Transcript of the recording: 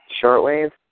Shortwave